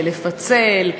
לפצל,